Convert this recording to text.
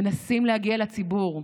מנסים להגיע לציבור,